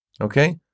Okay